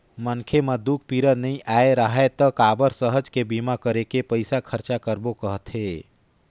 मनखे म दूख पीरा नइ आय राहय त काबर सहज के बीमा करके पइसा खरचा करबो कहथे